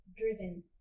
driven